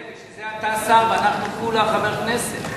בשביל זה אתה השר, ואנחנו כולה חברי כנסת.